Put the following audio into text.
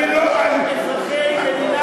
אני אומר: כל אזרחי מדינת ישראל.